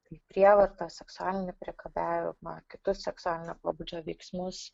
kaip prievartą seksualinį priekabiavimą kitus seksualinio pobūdžio veiksmus